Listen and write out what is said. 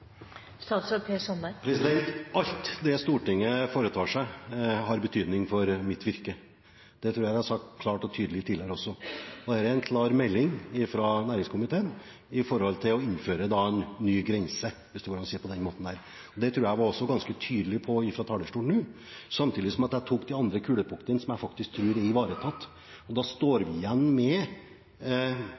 Alt det Stortinget foretar seg, har betydning for mitt virke. Det tror jeg jeg har sagt klart og tydelig tidligere også. Det er en klar melding fra næringskomiteen om å innføre en ny grense – hvis det går an å si det på den måten. Det tror jeg at jeg også var ganske tydelig på fra talerstolen nå, samtidig som jeg nevnte de andre punktene, som jeg tror er ivaretatt. Da står vi igjen med